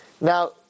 Now